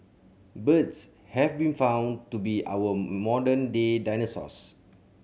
birds have been found to be our modern day dinosaurs